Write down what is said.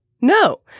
no